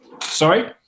Sorry